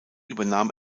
übernahm